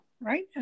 Right